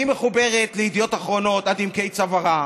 מחוברת לידיעות אחרונות עד עמקי צווארה.